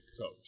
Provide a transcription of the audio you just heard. coach